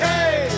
Hey